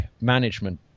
management